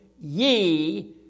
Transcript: ye